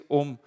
om